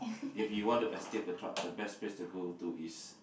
if you want to escape the crowd the best place to go to is